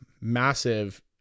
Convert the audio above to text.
massive